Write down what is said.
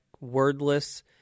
wordless